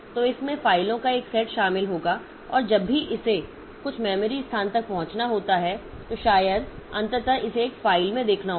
तो इसमें फ़ाइलों का एक सेट शामिल होगा और जब भी इसे कुछ मेमोरी स्थान तक पहुंचना होता है तो शायद अंततः इसे एक फ़ाइल में देखना होगा